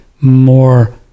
more